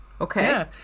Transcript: okay